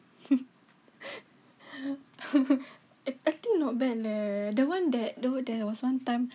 I I think not bad leh the one that there was one time